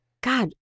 God